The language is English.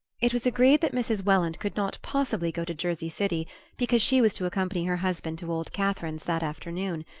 it was agreed that mrs. welland could not possibly go to jersey city because she was to accompany her husband to old catherine's that afternoon,